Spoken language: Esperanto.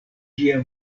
ĝia